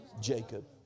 Jacob